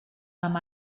amb